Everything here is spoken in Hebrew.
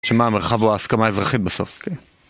שמה, המרחב הוא ההסכמה האזרחית בסוף, כן.